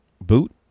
boot